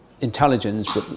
intelligence